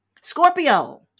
Scorpio